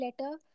letter